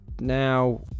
now